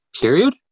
Period